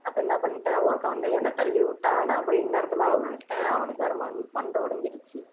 அப்போ என்ன பண்ணிவிட்டேன் ஒருத்தவன் வந்து என்னை தள்ளி விட்டான் நான் போய் இன்னொருத்தன் மேலே விழுந்துட்டேன் அவனுக்கு வேற மண்டை மண்டை ஒடைஞ்சிருச்சி